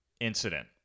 incident